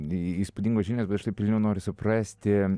įspūdingos žinios bet aš pirmiau noriu suprasti